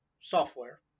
software